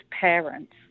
parents